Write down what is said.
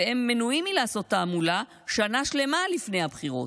והם מנועים מלעשות תעמולה שנה שלמה לפני הבחירות.